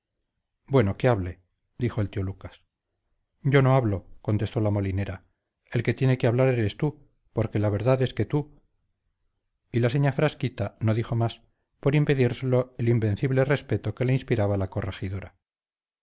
bueno que hable dijo el tío lucas yo no hablo contestó la molinera el que tiene que hablar eres tú porque la verdad es que tú y la seña frasquita no dijo más por impedírselo el invencible respeto que le inspiraba la corregidora